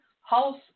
house